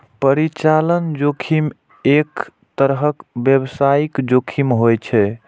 परिचालन जोखिम एक तरहक व्यावसायिक जोखिम होइ छै